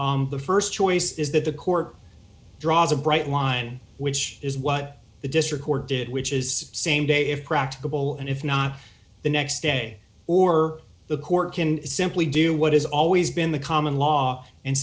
the st choice is that the court draws a bright line which is what the district court did which is same day if practicable and if not the next day or the court can simply do what has always been the common law and